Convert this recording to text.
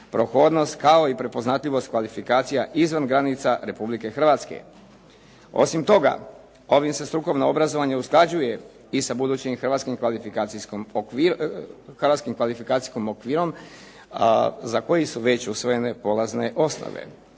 prohodnost kao i prepoznatljivost kvalifikacija izvan granica Republike Hrvatske. Osim tom ovim se strukovno obrazovanje usklađuje i sa budućim hrvatskim kvalifikacijskim okvirom, a za koje su već usvojene polazne osnove.